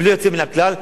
בלי יוצא מן הכלל.